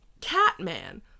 Catman